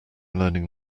learning